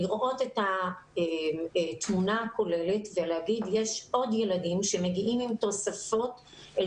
זה לראות את התמונה הכוללת ולהגיד שיש עוד ילדים שמגיעים עם תוספות אל